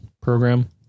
program